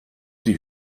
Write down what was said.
die